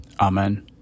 Amen